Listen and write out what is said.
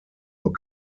nur